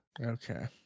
okay